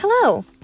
Hello